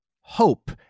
hope